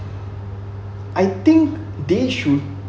I think they should